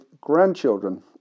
grandchildren